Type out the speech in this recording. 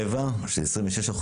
רבע שזה 26%,